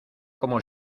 como